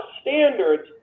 standards